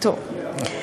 טוב.